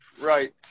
Right